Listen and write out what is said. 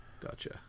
Gotcha